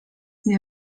nie